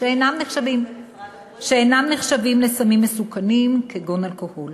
שאינם נחשבים לסמים מסוכנים, כגון אלכוהול.